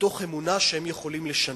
מתוך אמונה שהם יכולים לשנות,